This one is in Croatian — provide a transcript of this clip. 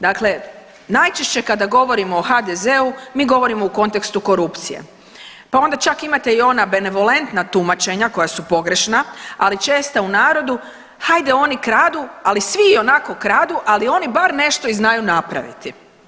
Dakle, najčešće kada govorimo o HDZ-u mi govorimo u kontekstu korupcije, pa onda čak imate i ona benevolentna tumačenja koja su pogrešna, ali česta u narodu, hajde oni kradu, ali svi i onako kradu, ali oni bar nešto znaju i napraviti.